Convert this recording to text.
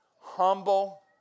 humble